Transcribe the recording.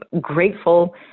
grateful